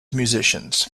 musicians